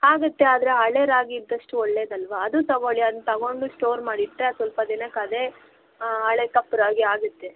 ಆಗತ್ತೆ ಆದರೆ ಹಳೆಯ ರಾಗಿ ಇದ್ದಷ್ಟು ಒಳ್ಳೇದಲ್ವಾ ಅದು ತಗೊಳ್ಳಿ ಅದ್ನ ತಗೊಂಡು ಸ್ಟೋರ್ ಮಾಡಿಟ್ಟರೆ ಸ್ವಲ್ಪ ದಿನಕ್ಕೆ ಅದೇ ಹಳೆಯ ಕಪ್ಪು ರಾಗಿ ಆಗತ್ತೆ